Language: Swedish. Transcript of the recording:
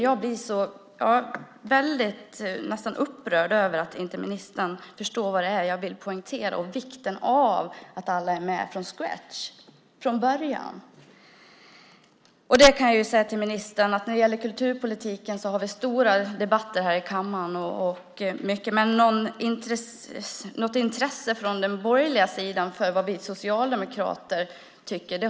Jag blir nästan upprörd över att ministern inte förstår vad det är som jag vill poängtera och vikten av att alla är med från scratch. Jag kan säga till ministern att vi har stora debatter här i kammaren om kulturpolitiken. Men vi har över huvud taget inte sett något intresse från den borgerliga sidan här i kammaren för vad vi socialdemokrater tycker.